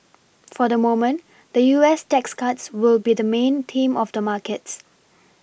for the moment the U S tax cuts will be the main theme of the markets